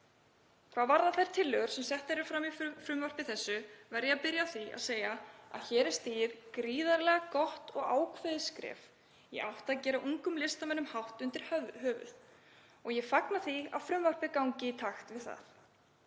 Hvað varðar þær tillögur sem settar eru fram í frumvarpi þessu verð ég að byrja á því að segja að hér er stigið gríðarlega gott og ákveðið skref í átt að því að gera ungum listamönnum hátt undir höfði. Ég fagna því að frumvarpið gangi í takt við það.